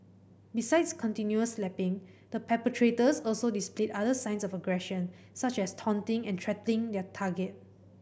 besides continual slapping the perpetrators also displayed other signs of aggression such as taunting and threatening their target